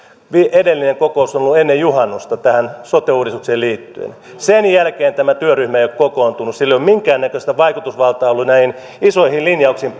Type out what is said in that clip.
edellinen kokous on ollut ennen juhannusta tähän sote uudistukseen liittyen sen jälkeen tämä työryhmä ei ole kokoontunut sillä ei ole minkään näköistä vaikutusvaltaa ollut näihin isoihin linjauksiin